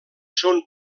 són